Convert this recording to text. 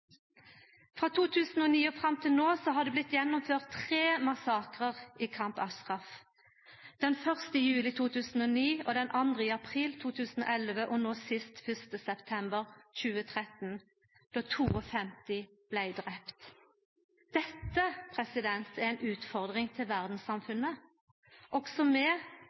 Frå 2009 og fram til no har det blitt gjennomført tre massakrar i Camp Ashraf – den første i juli 2009, den andre i april 2011 og no sist 1. september 2013, då 52 blei drepne. Dette er ei utfordring for verdssamfunnet. Også